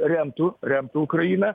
remtų remtų ukrainą